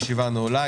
הישיבה נעולה.